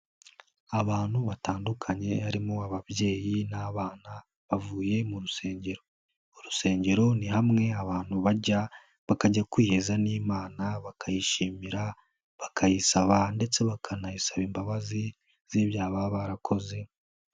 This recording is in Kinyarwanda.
Abantu batandukanye harimo ababyeyi n'abana, bavuye mu rusengero. Mu rusengero ni hamwe abantu bajya, bakajya kwiheza n'imana, bakayishimira, bakayisaba ndetse bakanayisaba imbabazi z'ibya baba barakoze.